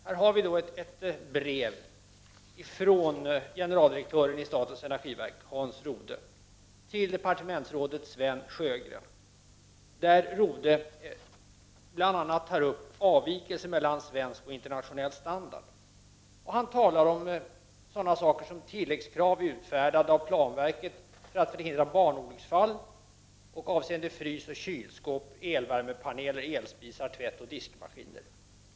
Här har vi ett brev från generaldirektören i statens energiverk Hans Rode till departementsrådet Sven Sjögren, där Rode bl.a. tar upp avvikelser mellan svensk och internationell standard. Han talar om sådana saker som tilläggskrav, utfärdade av planverket, för att förhindra barnolycksfall och avseende frysoch kylskåp, elvärmepaneler, elspisar, tvättoch diskmaskiner.